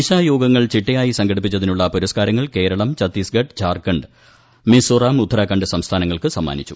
ദിശായോഗങ്ങൾ ചിട്ടയായി സംഘടിപ്പിച്ചതിനുള്ള പുരസ്കാരങ്ങൾ കേരളം ഛത്തീസ്ഗഡ് ജാർഖ്ണ്ഡ് മിസോറാം ഉത്തരാഖണ്ഡ് സംസ്ഥാനങ്ങൾക്ക് സമ്മാനിച്ചു